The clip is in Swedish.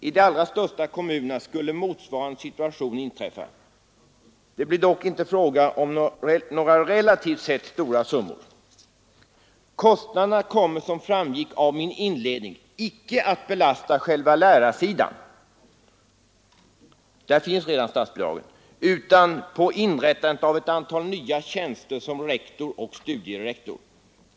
I de allra största kommunerna skulle motsvarande situation inträffa. Det blir dock inte fråga om några relativt sett stora summor. Kostnaderna kommer, såsom framgick av min inledning, icke att belasta själva lärarsidan — där finns redan statsbidrag — utan kommer att falla på inrättandet av ett antal nya tjänster som rektor och studierektor.